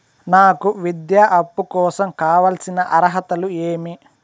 నాకు విద్యా అప్పు కోసం కావాల్సిన అర్హతలు ఏమి?